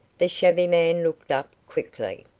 the shabby man looked up quickly.